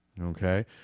Okay